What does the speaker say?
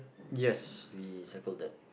yes we circled that